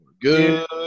good